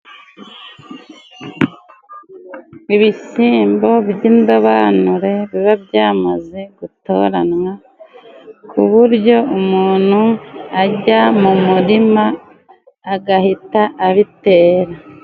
Ibishyimbo by'indobanure biba byamaze gutoranwa ku buryo umuntu ajya mu muririma agahita abitera.